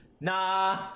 nah